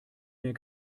mehr